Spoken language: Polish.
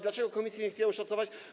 Dlaczego komisje nie chciały szacować?